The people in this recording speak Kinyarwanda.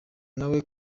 nawe